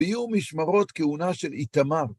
‫ויהיו משמרות כהונה של איתמר.